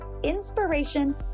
inspiration